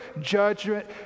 judgment